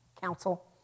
Council